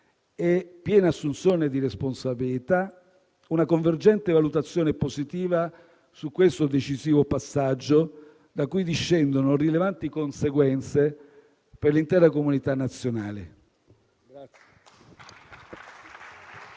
e piena assunzione di responsabilità, una convergente valutazione positiva su questo decisivo passaggio, da cui discendono rilevanti conseguenze per l'intera comunità nazionale.